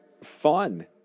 fun